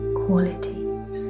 qualities